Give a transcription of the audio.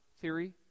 theory